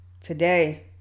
today